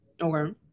Okay